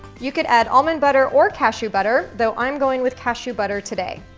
you could add almond butter or cashew butter though i'm going with cashew butter today.